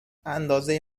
اندازه